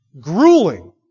Grueling